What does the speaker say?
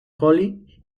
holly